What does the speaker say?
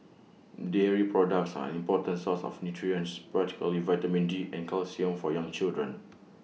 dairy products are important source of nutrition particularly vitamin D and calcium for young children